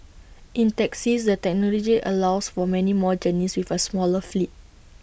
in taxis the technology allows for many more journeys with A smaller fleet